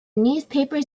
newspapers